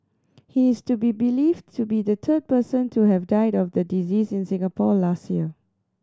he is to be believed to be the third person to have died of the disease in Singapore last year